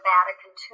Vatican